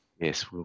Yes